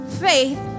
faith